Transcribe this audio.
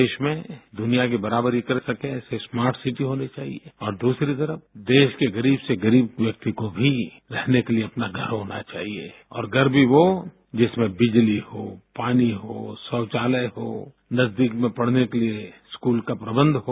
देश में दुनिया की बराबरी कर सके ऐसे स्मार्ट सिटी होने चाहिए और दूसरी तरफ देश के गरीब से गरीब व्यक्ति को भी रहने के लिए अपना घर होना चाहिए और घर भी वो जिसमें बिजली हो पानी हो शौचालय हो नजदीक में पढ़ने के लिए स्कूल का प्रबंध हो